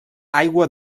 aigua